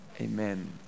amen